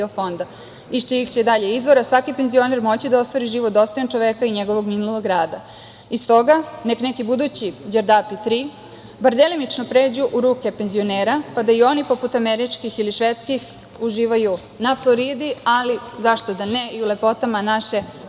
čijih će dalje izvora svaki penzioner moći da ostvari život dostojan čoveka i njegovog minulog rada. Iz toga, nek neki budući Đerdapi tri bar delimično pređu u ruke penzionera, pa da i oni poput američkih ili švedskih uživaju na Floridi, ali, zašto da ne, i u lepotama naše majke